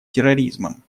терроризмом